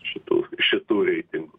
šitų šitų reitingų